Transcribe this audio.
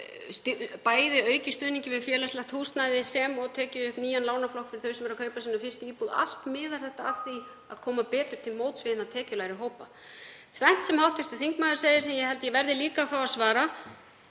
aukið stuðning við félagslegt húsnæði sem og tekið upp nýjan lánaflokk fyrir þau sem eru að kaupa sína fyrstu íbúð. Allt miðar þetta að því að koma betur til móts við hina tekjulægri hópa. Tvennt sem hv. þingmaður segir sem ég held að ég verði líka að fá að svara: